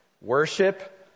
Worship